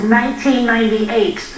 1998